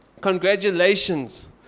Congratulations